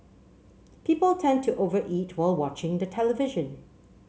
people tend to over eat while watching the television